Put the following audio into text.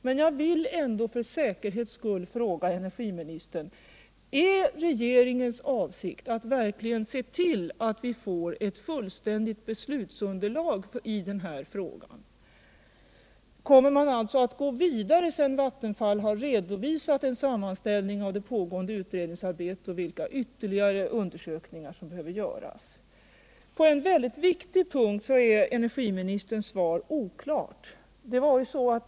Men jag vill ändå för säkerhets skull fråga energiministern: Är det regeringens avsikt att verkligen se till att vi får ett fullständigt beslutsunderlag i den här frågan? Kommer man alltså att gå vidare sedan Vattenfall har redovisat en sammanställning av det pågående utredningsarbetet och av vilka ytterligare undersökningar som behöver göras? På en mycket viktig punkt är energiministerns svar oklart.